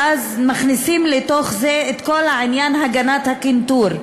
ואז מכניסים לתוך זה את כל העניין של הגנת הקנטור.